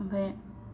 ओमफ्राय